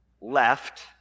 left